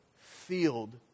field